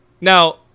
now